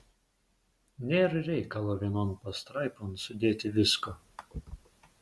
nėr reikalo vienon pastraipon sudėti visko